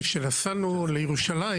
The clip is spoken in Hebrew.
כשנסענו לירושלים,